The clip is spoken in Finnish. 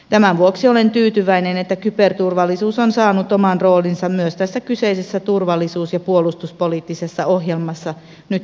tämän vuoksi olen tyytyväinen että kyberturvallisuus on saanut oman roolinsa myös tässä kyseisessä turvallisuus ja puolustuspoliittisessa ohjelmassa nyt ensimmäistä kertaa